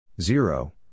Zero